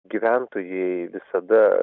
gyventojai visada